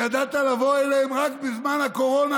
ידעת לבוא אליהם רק בזמן הקורונה,